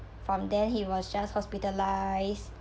from then he was just hospitalized